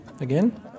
again